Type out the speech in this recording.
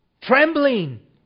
trembling